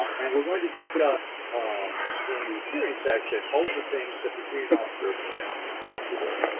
um and we're going to discuss um in the hearing section all of the things that the hearing officer can help you with.